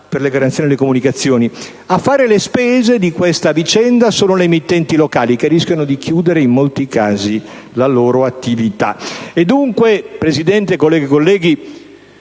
per le garanzie nelle comunicazioni, a farne le spese sono anche le emittenti locali, che rischiano di chiudere in molti casi la loro attività.